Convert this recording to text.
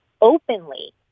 openly